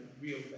real